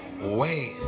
Wait